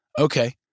Okay